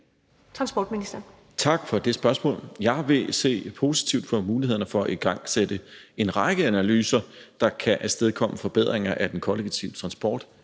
Engelbrecht): Tak for det spørgsmål. Jeg vil se positivt på mulighederne for at igangsætte en række analyser, der kan afstedkomme forbedringer af den kollektive transport,